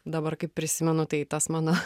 dabar kaip prisimenu tai tas mano